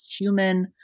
human